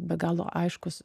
be galo aiškus